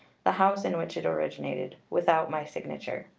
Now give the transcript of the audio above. the house in which it originated, without my signature.